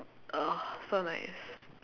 ah so nice